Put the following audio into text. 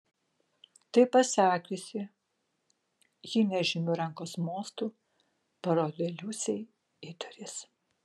tai pasakiusi ji nežymiu rankos mostu parodė liusei į duris